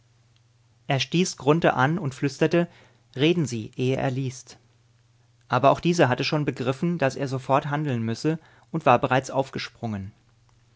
er stieß grunthe an und flüsterte reden sie ehe er liest aber auch dieser hatte schon begriffen daß er sofort handeln müsse und war bereits aufgesprungen